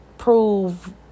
prove